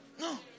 No